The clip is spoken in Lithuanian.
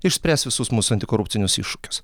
išspręs visus mūsų antikorupcinius iššūkius